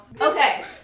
Okay